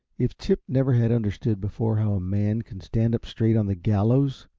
if chip never had understood before how a man can stand up straight on the gallows,